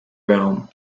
realm